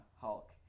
Hulk